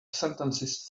sentences